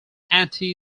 anti